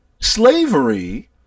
slavery